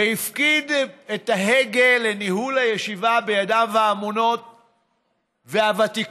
והפקיד את ההגה בניהול הישיבה בידיו האמונות והוותיקות,